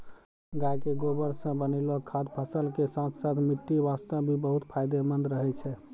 गाय के गोबर सॅ बनैलो खाद फसल के साथॅ साथॅ मिट्टी वास्तॅ भी बहुत फायदेमंद रहै छै